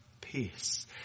Peace